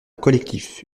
collectif